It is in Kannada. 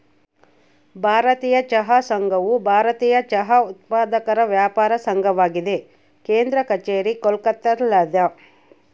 ಭಾರತೀಯ ಚಹಾ ಸಂಘವು ಭಾರತೀಯ ಚಹಾ ಉತ್ಪಾದಕರ ವ್ಯಾಪಾರ ಸಂಘವಾಗಿದೆ ಕೇಂದ್ರ ಕಛೇರಿ ಕೋಲ್ಕತ್ತಾದಲ್ಯಾದ